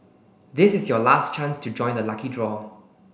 this is your last chance to join the lucky draw